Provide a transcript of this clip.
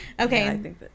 Okay